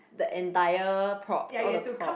the entire prop all the prop